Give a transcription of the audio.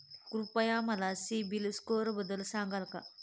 कृपया मला सीबील स्कोअरबद्दल सांगाल का?